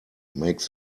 make